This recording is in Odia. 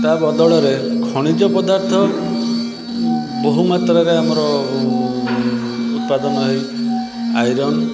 ତା ବଦଳରେ ଖଣିଜ ପଦାର୍ଥ ବହୁ ମାତ୍ରାରେ ଆମର ଉତ୍ପାଦନ ହେଇ ଆଇରନ୍